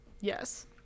Yes